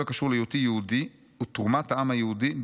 הקשור להיותי יהודי הוא תרומת העם היהודי,